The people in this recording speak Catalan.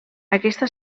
aquesta